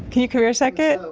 can you come here a second?